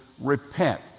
repent